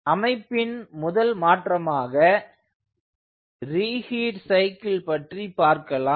அமைப்பின் முதல் மாற்றமாக ரிஹீட் சைக்கிள் பற்றி பார்க்கலாம்